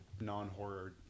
non-horror